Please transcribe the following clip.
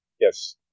Yes